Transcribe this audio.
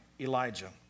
Elijah